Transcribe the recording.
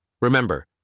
Remember